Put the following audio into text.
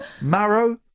Marrow